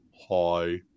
Hi